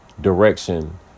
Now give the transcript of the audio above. direction